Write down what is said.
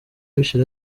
bishira